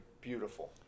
beautiful